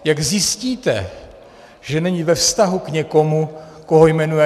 Jak zjistíte, že není ve vztahu k někomu, koho jmenuje?